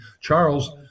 Charles